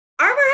Armor